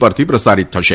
પરથી પ્રસારિત થશે